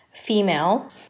female